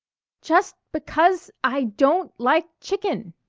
just because i don't like chicken!